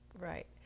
right